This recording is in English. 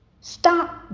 Stop